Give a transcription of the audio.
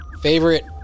favorite